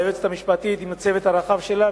ליועצת המשפטית עם הצוות הרחב שלה,